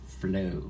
flow